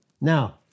Now